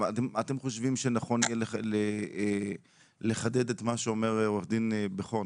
אתם חושבים שנכון יהיה לחדד את מה שאומר עו"ד בכור?